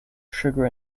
sugar